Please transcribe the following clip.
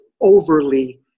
overly